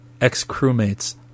Ex-crewmates